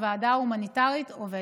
הוועדה ההומניטרית עובדת.